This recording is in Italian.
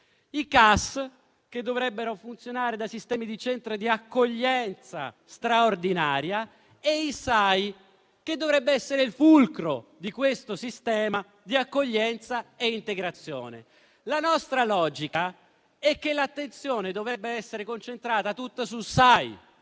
i CAS, che dovrebbero funzionare da sistemi di centro di accoglienza straordinaria; il SAI, che dovrebbe essere il fulcro di questo sistema di accoglienza e integrazione. La nostra logica è che l'attenzione dovrebbe essere concentrata tutta sul SAI,